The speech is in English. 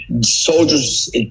soldiers